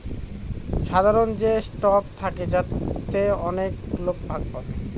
সাধারন যে স্টক থাকে তাতে অনেক লোক ভাগ পাবে